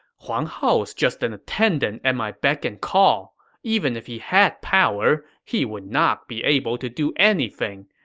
huang hao is just an attendant at my beck and call. even if he had power, he would not be able to do anything.